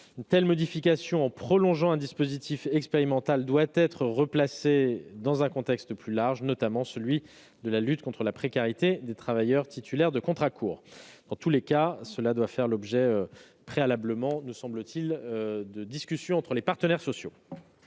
telle prolongation d'un dispositif expérimental doit être replacée dans un contexte plus large, notamment celui de la lutte contre la précarité des travailleurs titulaires de contrats courts. Dans tous les cas, cela doit faire préalablement l'objet, me semble-t-il, de discussions avec les partenaires sociaux.